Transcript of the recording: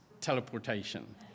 teleportation